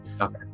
Okay